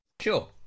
Sure